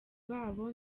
babo